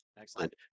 Excellent